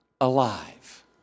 alive